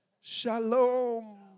Shalom